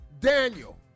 Daniel